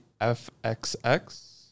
FXX